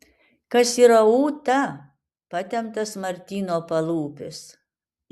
kas yra ūta patemptas martyno palūpis